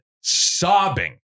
sobbing